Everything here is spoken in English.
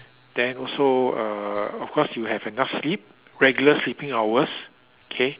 then also uh of course you have enough sleep regular sleeping hours okay